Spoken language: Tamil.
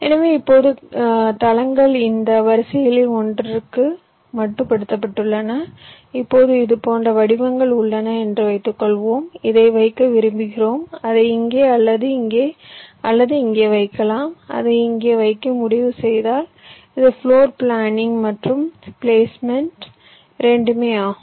எனவே இப்போது தளங்கள் இந்த வரிசைகளில் ஒன்றிற்கு மட்டுப்படுத்தப்பட்டுள்ளன இப்போது இது போன்ற வடிவங்கள் உள்ளன என்று வைத்துக்கொள்வோம் இதை வைக்க விரும்புகிறோம் அதை இங்கே அல்லது இங்கே அல்லது இங்கே வைக்கலாம் அதை இங்கே வைக்க முடிவு செய்தால் இது ப்ளோர் பிளானிங் மற்றும் பிளேஸ்மென்ட் இரண்டுமே ஆகும்